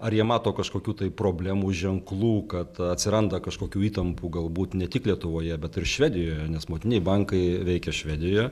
ar jie mato kažkokių tai problemų ženklų kad atsiranda kažkokių įtampų galbūt ne tik lietuvoje bet ir švedijoje nes motininiai bankai veikia švedijoje